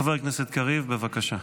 חבר הכנסת קריב, בבקשה.